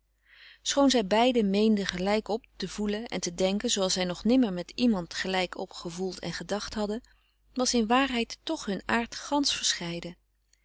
schoon zij beiden meenden gelijk op te voelen en te denken zooals zij nog nimmer met iemand gelijk op gevoeld en gedacht hadden was in waarheid toch hun aard